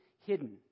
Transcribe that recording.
hidden